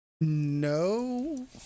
no